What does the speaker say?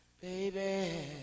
Baby